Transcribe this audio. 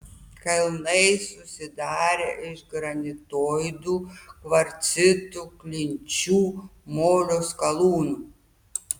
kalnai susidarę iš granitoidų kvarcitų klinčių molio skalūnų